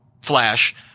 flash